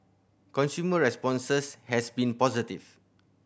consumer responses has been positive